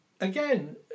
Again